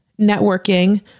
networking